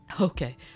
okay